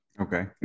Okay